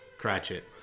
Cratchit